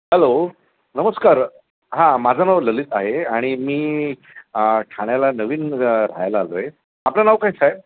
hello नमस्कार हां माझं नाव ललित आहे आणि मी ठाण्याला नवीन र राहायला आलो आहे आपलं नाव काय साहेब